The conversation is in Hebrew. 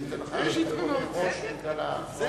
אני אתן לך ארבע דקות מראש, בגלל ההפרעות.